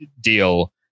deal